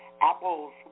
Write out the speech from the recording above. apples